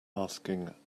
asking